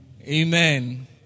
Amen